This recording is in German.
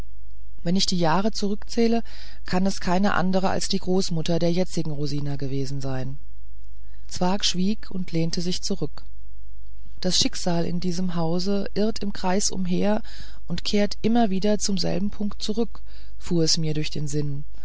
wenn ich die jahre zurückzähle kann es keine andere als die großmutter der jetzigen rosina gewesen sein zwakh schwieg und lehnte sich zurück das schicksal in diesem haus irrt im kreise umher und kehrt immer wieder zum selben punkt zurück fuhr es mir durch den sinn